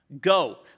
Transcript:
Go